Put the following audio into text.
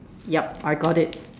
yup I got it